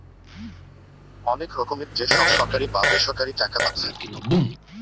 অনেক রকমের যে সব সরকারি বা বেসরকারি টাকা পাচ্ছে